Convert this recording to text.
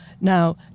Now